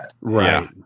Right